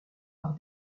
par